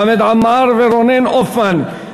חמד עמאר ורונן הופמן,